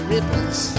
Ripples